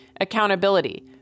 accountability